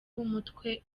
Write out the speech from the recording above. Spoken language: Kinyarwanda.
w’umutwe